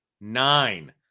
Nine